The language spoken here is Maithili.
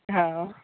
हँ